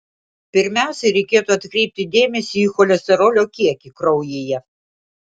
pirmiausiai reikėtų atkreipti dėmesį į cholesterolio kiekį kraujyje